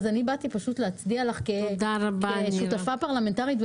באתי להצדיע לך כשותפה פרלמנטרית.